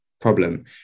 problem